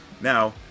Now